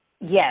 yes